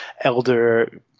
elder